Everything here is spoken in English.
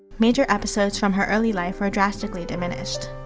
major episodes from her early life were drastically diminished.